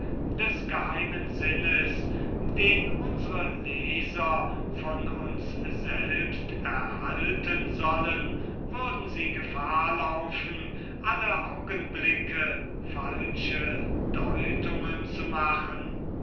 des geheimen sinnes den unsere leser von uns selbst erhalten sollen würden sie gefahr laufen alle augenblicke falsche deutungen zu machen